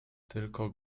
tylko